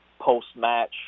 post-match